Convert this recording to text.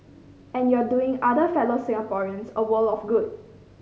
and you're doing other fellow Singaporeans a world of good